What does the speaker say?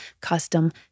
custom